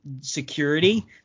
security